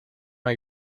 hay